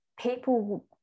people